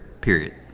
period